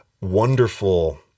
wonderful